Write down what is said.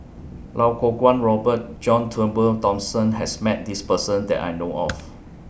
Lau Kuo Kwong Robert John Turnbull Thomson has Met This Person that I know of